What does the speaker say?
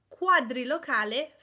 quadrilocale